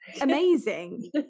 amazing